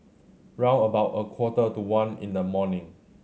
round about a quarter to one in the morning